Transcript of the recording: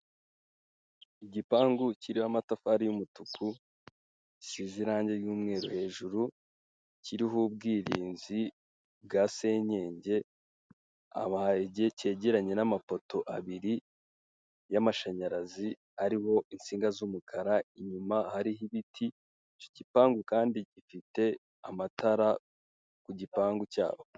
Igipangu kiriho amatafari y'umutuku, gisize irange ry'umweru, hejuru kiriho ubwirinzi bwa senyenge, aba harige kegeranye n'amapoto abiri y'amashanyarazi ariho insinga z'umukara inyuma hariho ibiti iki gipangu kandi gifite amatara ku gipangu cy'abo.